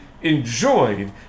enjoyed